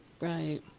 Right